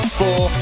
four